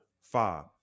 five